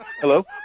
Hello